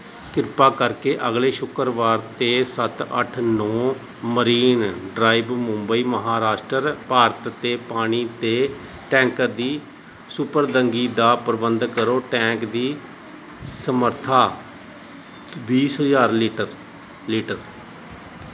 ਕਿਰਪਾ ਕਰਕੇ ਅਗਲੇ ਸ਼ੁੱਕਰਵਾਰ ਅਤੇ ਸੱਤ ਅੱਠ ਨੌਂ ਮਰੀਨ ਡਰਾਈਵ ਮੁੰਬਈ ਮਹਾਰਾਸ਼ਟਰ ਭਾਰਤ ਅਤੇ ਪਾਣੀ ਦੇ ਟੈਂਕਰ ਦੀ ਸਪੁਰਦਗੀ ਦਾ ਪ੍ਰਬੰਧ ਕਰੋ ਟੈਂਕ ਦੀ ਸਮਰੱਥਾ ਬੀਸ ਹਜ਼ਾਰ ਲੀਟਰ ਲੀਟਰ